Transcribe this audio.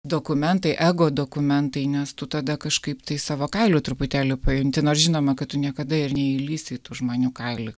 dokumentai egodokumentai nes tu tada kažkaip tai savo kailiu truputėlį pajunti nors žinoma kad tu niekada ir neįlįsi į tų žmonių kailį